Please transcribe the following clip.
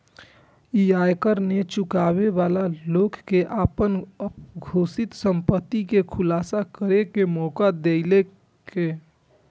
ई आयकर नै चुकाबै बला लोक कें अपन अघोषित संपत्ति के खुलासा करै के मौका देलकै